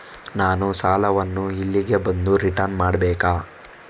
ನಾನು ಸಾಲವನ್ನು ಇಲ್ಲಿಗೆ ಬಂದು ರಿಟರ್ನ್ ಮಾಡ್ಬೇಕಾ?